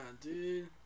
dude